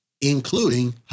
including